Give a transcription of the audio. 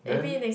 then